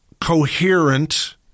coherent